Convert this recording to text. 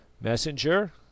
Messenger